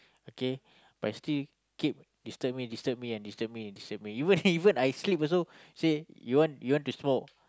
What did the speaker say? okay but you still keep disturb me and disturb me and disturb me disturb me you want even I sleep also say you want you want to smoke